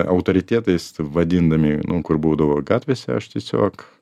autoritetais vadindami nu kur būdavo gatvėse aš tiesiog